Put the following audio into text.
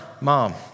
mom